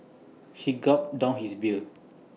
he gulped down his beer